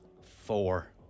Four